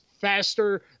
faster